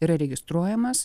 yra registruojamas